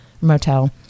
motel